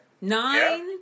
Nine